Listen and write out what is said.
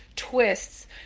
twists